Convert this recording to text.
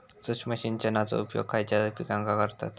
सूक्ष्म सिंचनाचो उपयोग खयच्या पिकांका करतत?